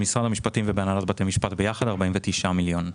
במשרד המשפטים ובהנהלת בתי המשפט ביחד 49 מיליון.